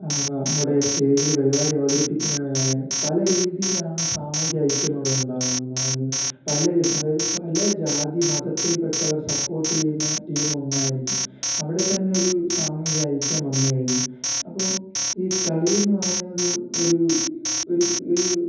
അവ അവിടെ സ്റ്റേജിൽ പരിപാടി അവതരിപ്പിക്കുന്നവരായാലും പല രീതിയിലാണ് സാമുഹിക ഐക്യം അവിടെ ഉണ്ടാകുന്നതെന്നാണ് എന്ന് പലരും അതായത് പല ജാതിമതത്തില്പ്പെട്ടവര് സപ്പോട്ട് ചെയ്യുന്ന ടീമൊന്നായിരിക്കും അവിടെത്തന്നെ ഒരു സാമൂഹിക ഐക്യം വന്നുകഴിഞ്ഞു അപ്പം ഈ കളിയെന്ന് പറയുന്നത് ഒരു ഒരു ഒരൂ